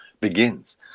begins